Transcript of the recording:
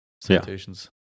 citations